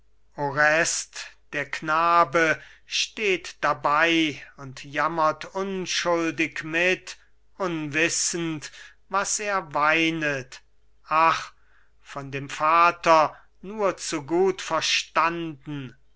der knabe steht dabei und jammert unschuldig mit unwissend was er weinet ach von dem vater nur zu gut verstanden